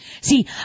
See